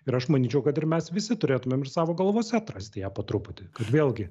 ir aš manyčiau kad ir mes visi turėtumėm ir savo galvose atrasti ją po truputį kad vėlgi